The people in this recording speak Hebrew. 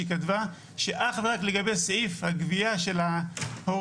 היא כתבה שאך ורק לגבי סעיף הגבייה של ההורים,